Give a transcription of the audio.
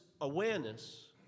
awareness